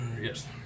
Yes